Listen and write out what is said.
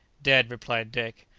dead, replied dick,